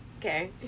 Okay